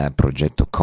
progetto